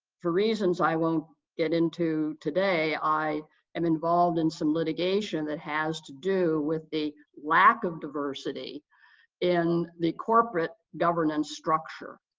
for reasons i won't get into today. i am involved in some litigation that has to do with the lack of diversity in the corporate governance structure.